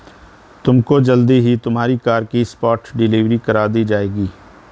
तुमको जल्द ही तुम्हारी कार की स्पॉट डिलीवरी करवा दी जाएगी